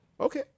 okay